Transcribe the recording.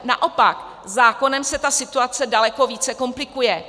Naopak, zákonem se ta situace daleko více komplikuje.